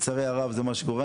לצערי הרב זה מה שקורה,